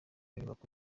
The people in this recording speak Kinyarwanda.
nyubako